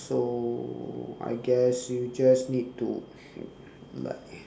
so I guess you just need to mm like